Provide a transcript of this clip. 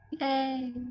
Yay